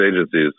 agencies